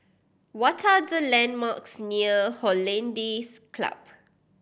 what are the landmarks near Hollandse Club